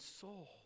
soul